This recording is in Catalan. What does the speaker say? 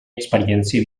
experiència